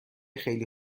خیلی